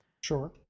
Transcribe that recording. Sure